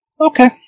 Okay